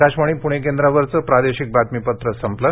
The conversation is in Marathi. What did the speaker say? आकाशवाणी पुणे केंद्रावरचं प्रादेशिक बातमीपत्र संपलं